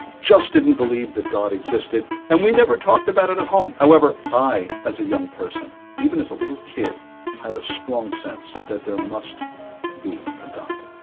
just didn't believe that god existed and we never talked? about it at home however i as a. young person even as a little kid had a strong sense that there must be a god